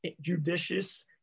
judicious